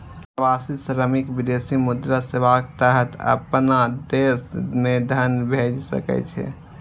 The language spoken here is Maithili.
प्रवासी श्रमिक विदेशी मुद्रा सेवाक तहत अपना देश मे धन भेज सकै छै